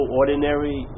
ordinary